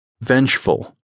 Vengeful